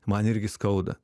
man irgi skauda